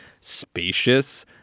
spacious